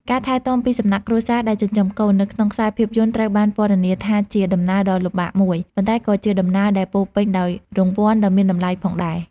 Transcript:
ការថែទាំពីសំណាក់គ្រួសារដែលចិញ្ចឹមកូន នៅក្នុងខ្សែភាពយន្តត្រូវបានពណ៌នាថាជាដំណើរដ៏លំបាកមួយ ប៉ុន្តែក៏ជាដំណើរដែលពោរពេញដោយរង្វាន់ដ៏មានតម្លៃផងដែរ។